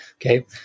Okay